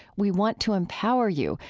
we want to empower you.